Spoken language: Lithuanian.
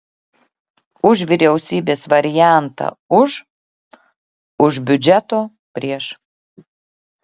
už vyriausybės variantą už už biudžeto prieš